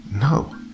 No